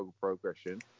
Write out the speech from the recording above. progression